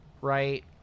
right